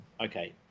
okay